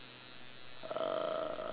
uh ya